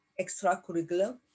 extracurricular